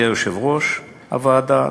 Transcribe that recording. שיהיה יושב-ראש הוועדה,